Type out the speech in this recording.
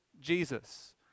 Jesus